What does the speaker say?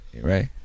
right